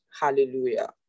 Hallelujah